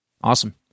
Awesome